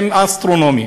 הם אסטרונומיים.